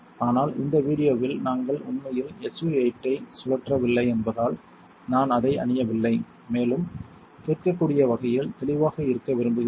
ஆனால் இந்த வீடியோவில் நாங்கள் உண்மையில் SU 8 ஐ சுழற்றவில்லை என்பதால் நான் அதை அணியவில்லை மேலும் கேட்கக்கூடிய வகையில் தெளிவாக இருக்க விரும்புகிறேன்